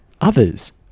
others